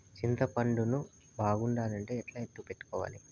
చింతపండు ను బాగుండాలంటే ఎట్లా ఎత్తిపెట్టుకోవాలి?